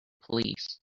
police